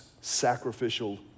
sacrificial